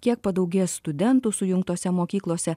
kiek padaugės studentų sujungtose mokyklose